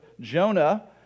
Jonah